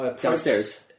downstairs